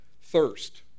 thirst